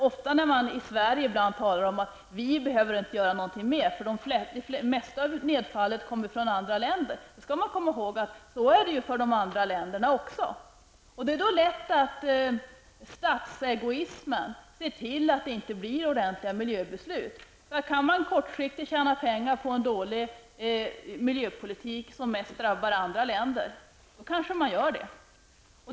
Ofta när vi i Sverige talar om att vi inte behöver göra något mer, för det största nedfallet kommer från andra länder, skall vi komma ihåg att så är det för andra länder också. Det är då lätt att statsegoismen leder till att det inte fattas ordentliga miljöbeslut. Kan man kortsiktigt tjäna pengar på en dålig miljöpolitik som mest drabbar andra länder, kanske man gör det.